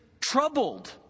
troubled